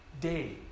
day